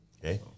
okay